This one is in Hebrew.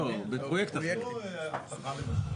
לא, בפרויקט אחד כן ובאחד לא.